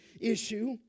issue